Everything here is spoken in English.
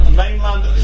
mainland